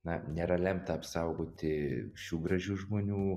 na nėra lemta apsaugoti šių gražių žmonių